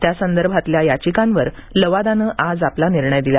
त्यासंदर्भातल्या याचिकांवर लवादानं आज आपला निर्णय दिला